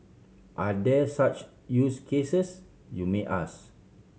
are there such use cases you may ask